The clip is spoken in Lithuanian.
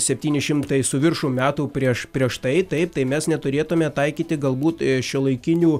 septyni šimtai su viršum metų prieš prieš tai taip tai mes neturėtume taikyti galbūt šiuolaikinių